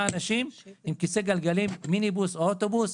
אנשים עם כיסא גלגלים מיניבוס או אוטובוס,